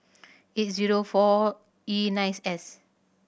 eight zero four E nines S